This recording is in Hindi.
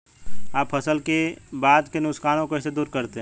आप फसल के बाद के नुकसान को कैसे दूर करते हैं?